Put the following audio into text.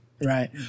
Right